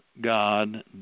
god